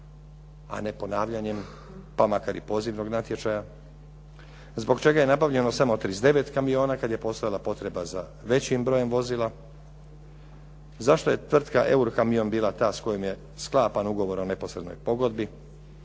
a ne ponavljanjem pa makar i pozivnog natječaja. Zbog čega je nabavljeno samo 39 kamiona kad je postojala potreba za većim brojem vozila? Zašto je tvrtka “Eurokamion“ bila ta s kojom je sklapan ugovor o neposrednoj pogodbi?